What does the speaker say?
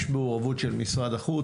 יש מעורבות של משרד החוץ.